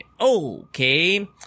Okay